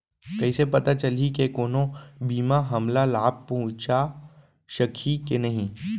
कइसे पता चलही के कोनो बीमा हमला लाभ पहूँचा सकही के नही